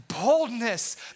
boldness